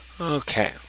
Okay